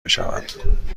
بشود